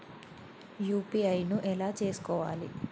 UPI ను ఎలా చేస్కోవాలి?